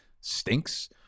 stinks